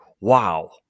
wow